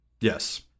Yes